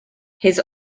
his